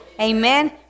Amen